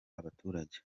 abaturage